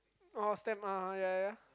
oh stamp (uh huh) ya ya ya